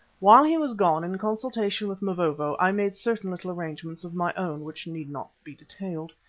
while he was gone, in consultation with mavovo, i made certain little arrangements of my own, which need not be detailed.